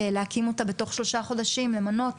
להקים אותה בתוך שלושה חודשים למנות,